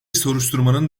soruşturmanın